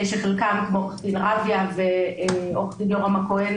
שחלקם עורך דין רביה ועורך דין יורם הכהן